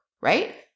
right